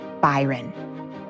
Byron